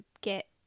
get